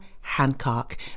Hancock